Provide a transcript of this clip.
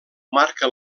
marca